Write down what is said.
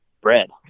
bread